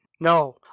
No